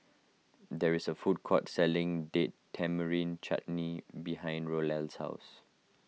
there is a food court selling Date Tamarind Chutney behind Roel's house